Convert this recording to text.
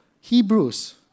Hebrews